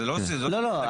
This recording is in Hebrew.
זה לא --- לא, לא.